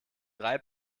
drei